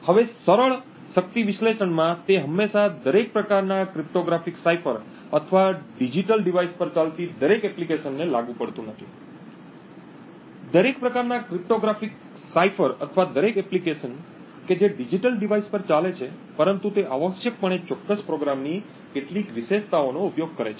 હવે સરળ શક્તિ વિશ્લેષણમાં તે હંમેશાં દરેક પ્રકારના ક્રિપ્ટોગ્રાફિક સાઇફર અથવા ડિજિટલ ડિવાઇસ પર ચાલતી દરેક એપ્લિકેશનને લાગુ પડતું નથી પરંતુ તે આવશ્યકપણે ચોક્કસ પ્રોગ્રામની કેટલીક વિશેષતાઓનો ઉપયોગ કરે છે